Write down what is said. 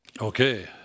okay